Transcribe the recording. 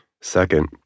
Second